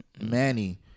manny